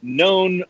known